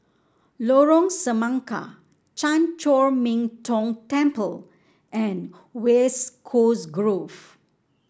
Lorong Semangka Chan Chor Min Tong Temple and West Coast Grove